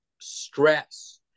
stress